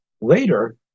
later